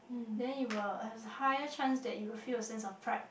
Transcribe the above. then you will have higher chance that you will feel a sense of pride